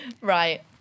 Right